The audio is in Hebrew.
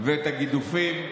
את הגידופים,